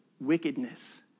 wickedness